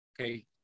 Okay